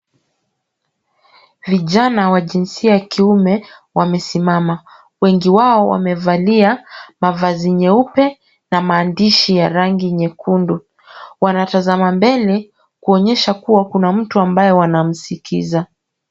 Vijana wa jinsia ya kiume wamesimama. Wengi wao wamevalia mavazi nyeupe na maandishi ya rangi nyekundu. Wanatazama mbele kuonyesha kuwa kuna mtu ambaye wanamsikiza.